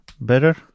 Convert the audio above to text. better